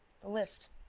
the lift.